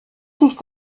sich